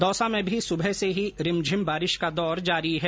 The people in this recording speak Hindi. दौसा में भी सुबह से ही रिमझिम बारिश का दौर जारी है